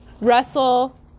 Russell